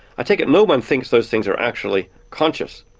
i take it no one thinks those things are actually conscious,